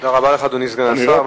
תודה רבה לך, אדוני סגן השר.